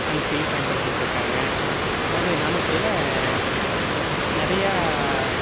அனுப்பி பயன்படுத்திட்டு இருக்காங்க இந்த மாதிரி நாமக்கல்லில் நிறையா